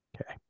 Okay